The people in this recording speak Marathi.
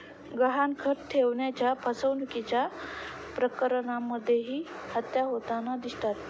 गहाणखत ठेवण्याच्या फसवणुकीच्या प्रकरणांमध्येही हत्या होताना दिसतात